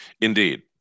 Indeed